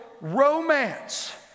romance